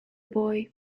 boy